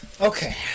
Okay